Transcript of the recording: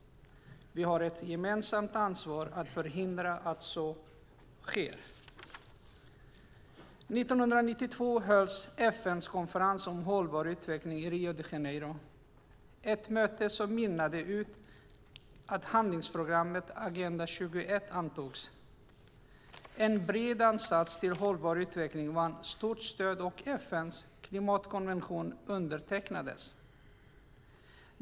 Vi har ett gemensamt ansvar att förhindra att så sker. År 1992 hölls FN:s konferens om hållbar utveckling i Rio de Janeiro. Det var ett möte som mynnade ut i att handlingsprogrammet Agenda 21 antogs. En bred ansats till hållbar utveckling vann stort stöd och FN:s klimatkonvention undertecknades.